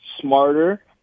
smarter